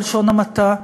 בלשון המעטה,